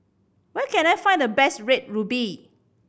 where can I find the best Red Ruby